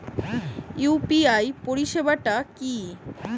UPI পরিসেবাটা কি?